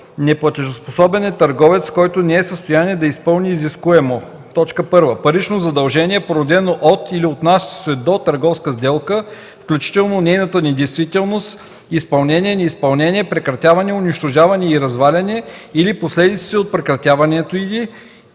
Неплатежоспособен е търговец, който не е в състояние да изпълни изискуемо: 1. парично задължение, породено от или отнасящо се до търговска сделка, включително нейната действителност, изпълнение, неизпълнение, прекратяване, унищожаване и разваляне, или последиците от прекратяването й,